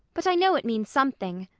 but i know it means something.